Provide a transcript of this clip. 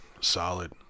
solid